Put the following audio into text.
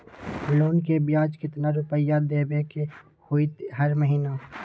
Loan के ब्याज कितना रुपैया देबे के होतइ हर महिना?